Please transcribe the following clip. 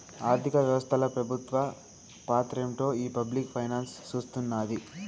ఆర్థిక వ్యవస్తల పెబుత్వ పాత్రేంటో ఈ పబ్లిక్ ఫైనాన్స్ సూస్తున్నాది